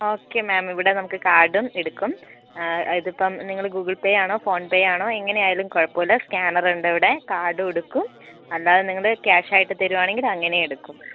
okay ma'am ഇവിടെ നമുക്ക് കാർഡും എടുക്കും ഇത് ഇപ്പം നിങ്ങൾ ഗൂഗിൾ പേ ആണോ ഫോൺ പേ ആണോ എങ്ങനെ ആയാലും കുഴപ്പം ഇല്ല സ്കാനർ ഉണ്ട് ഇവിടെ കാർഡും എടുക്കും അല്ലാതെ നിങ്ങൾ ക്യാഷ് ആയിട്ട് തരുവാണെങ്കിൽ അങ്ങനെയും എടുക്കും